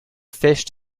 fished